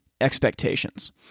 expectations